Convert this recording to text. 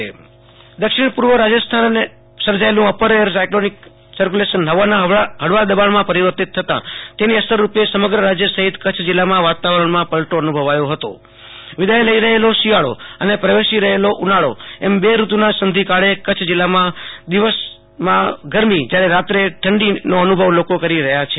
આશુ તોષ અંતાણી હવામાન દક્ષિણ પુર્વ રાજસ્થાન પર સર્જાયેલું અપર એર સાયકલેનિક સકર્યુલેશન હવાના હળવા દબાણમાં પરિવર્તિત થતાં તેની અસર રૂપે સમગ્ર રાજ્ય સહિત કચ્છ જિલ્લાના વાતાવરણમાં પણ પલટો અનુ ભવા યો હતો વિદાય લઈ રહેલો શિયાળો અને પ્રવેશ લઈ રહેલો ઉનાળો એમ બે રૂતુ ના સંધિકાળે કચ્છ જીલ્લામાં દિવસે ગરમી અને રાત્રે ઠંડીનો અનુભવ લોકો કરી રહ્યા છે